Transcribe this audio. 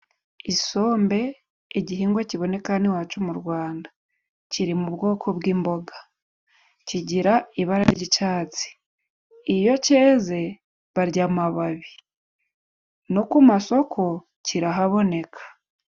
Isombe igihingwa kiboneka hano iwacu mu Rwanda. Kiri mu bwoko bw'imboga, kigira ibara ry'icyatsi. Iyo cyeze barya amababi no ku masoko kirahaboneka.